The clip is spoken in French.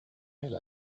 elle